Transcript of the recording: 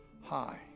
high